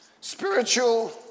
spiritual